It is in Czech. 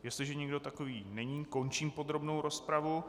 Jestliže nikdo takový není, končím podrobnou rozpravu.